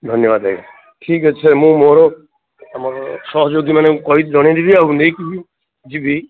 ଧନ୍ୟବାଦ ଆଜ୍ଞା ଠିକ୍ ଅଛି ମୁଁ ମୋର ଆମର ସହଯୋଗୀମାନଙ୍କୁ କହି ଜଣେଇଦେବି ଆଉ ନେଇକି ବି ଯିବି